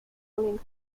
blinked